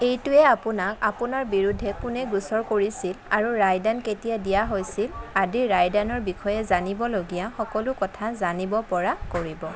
এইটোৱে আপোনাক আপোনাৰ বিৰুদ্ধে কোনে গোচৰ কৰিছিল আৰু ৰায়দান কেতিয়া দিয়া হৈছিল আদি ৰায়দানৰ বিষয়ে জানিবলগীয়া সকলো কথা জানিব পৰা কৰিব